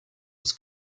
was